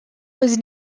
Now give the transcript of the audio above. was